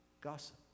Gossip